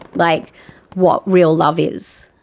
like what real love is,